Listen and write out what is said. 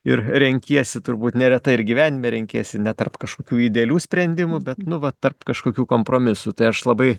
ir renkiesi turbūt neretai ir gyvenime renkiesi ne tarp kažkokių idealių sprendimų bet nu va tarp kažkokių kompromisų tai aš labai